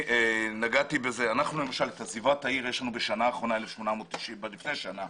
בעזיבת העיר יש לנו בשנה האחרונה 1,894 כבר לפני שנה,